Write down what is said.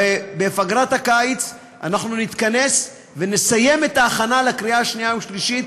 בפגרת הקיץ אנחנו נתכנס ונסיים את ההכנה לקריאה שנייה ושלישית,